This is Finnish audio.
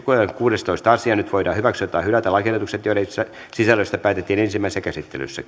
kuudestoista asia nyt voidaan hyväksyä tai hylätä lakiehdotukset joiden sisällöstä päätettiin ensimmäisessä käsittelyssä